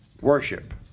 worship